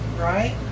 Right